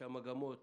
שמגמות